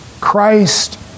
Christ